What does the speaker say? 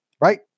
right